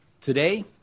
Today